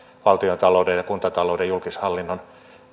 valtiontalouden ja kuntatalouden julkishallinnon